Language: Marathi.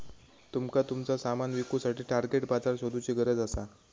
तुमका तुमचा सामान विकुसाठी टार्गेट बाजार शोधुची गरज असा